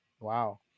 Wow